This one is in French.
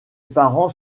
parents